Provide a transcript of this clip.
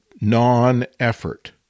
non-effort